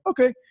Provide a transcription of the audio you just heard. okay